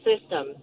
system